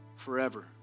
forever